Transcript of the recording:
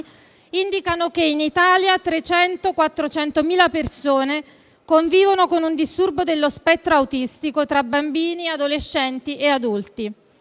indicano che in Italia 300.000-400.000 persone convivono con un disturbo dello spettro autistico, tra bambini, adolescenti e adulti;